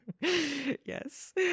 Yes